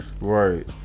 Right